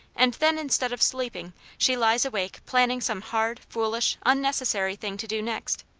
and then instead of sleeping, she lies awake planning some hard, foolish, unnecessary thing to do next.